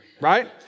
Right